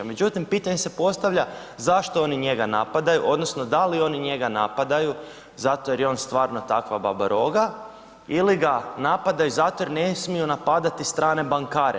Međutim, pitanje se postavlja zašto oni njega napadaju, odnosno da li oni njega napadaju zato jer je on stvarno takva babaroga ili ga napadaju zato jer ne smiju napadati strane bankare.